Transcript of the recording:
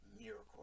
miracle